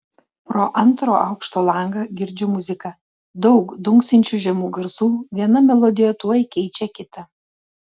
pro antro aukšto langą girdžiu muziką daug dunksinčių žemų garsų viena melodija tuoj keičia kitą